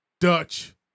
Dutch